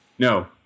No